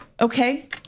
Okay